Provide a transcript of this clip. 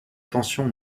tension